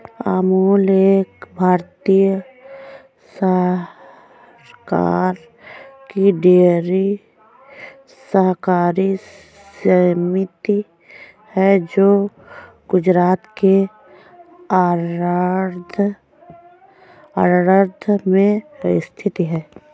अमूल एक भारतीय सरकार की डेयरी सहकारी समिति है जो गुजरात के आणंद में स्थित है